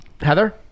Heather